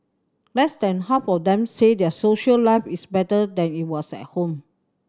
less than half of them say their social life is better than it was at home